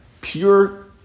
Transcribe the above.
Pure